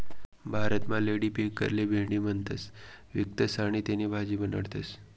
भारतमा लेडीफिंगरले भेंडी म्हणीसण व्यकखतस आणि त्यानी भाजी बनाडतस